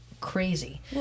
Crazy